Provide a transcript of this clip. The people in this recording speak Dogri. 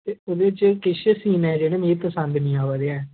ते ओह्दे च किश सीन ऐसे हे मिगी पसंद निं आवा दे हैन